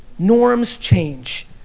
norms change.